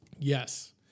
Yes